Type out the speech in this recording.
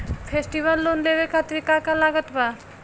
Festival loan लेवे खातिर का का लागत बा?